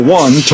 one